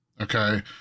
Okay